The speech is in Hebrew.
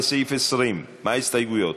בסעיף 20, מה ההסתייגויות?